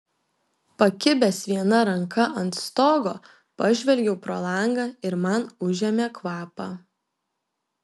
pakibęs viena ranka ant stogo pažvelgiau pro langą ir man užėmė kvapą